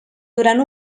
durant